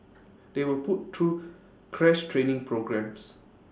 they were put through crash training programmes